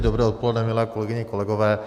Dobré odpoledne, milé kolegyně, kolegové.